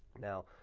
now,